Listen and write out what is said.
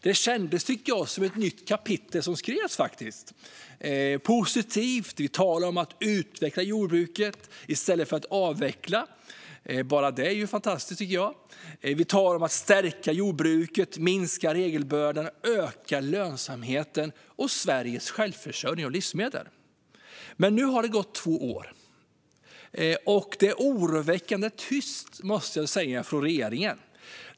Det kändes, tyckte jag, som ett nytt kapitel som skrevs. Det var positivt med tal om att utveckla jordbruket i stället för att avveckla. Bara detta är ju fantastiskt, tycker jag. Vi talar om att stärka jordbruket, minska regelbördan och att öka lönsamheten och Sveriges självförsörjning när det gäller livsmedel. Men nu har det gått två år. Det är oroväckande tyst från regeringen, måste jag säga.